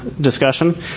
discussion